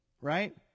right